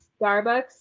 Starbucks